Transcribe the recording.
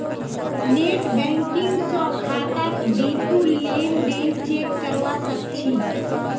net banking स खातात बितु लेन देन चेक करवा सख छि